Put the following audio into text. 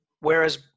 Whereas